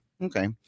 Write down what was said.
Okay